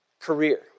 Career